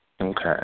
Okay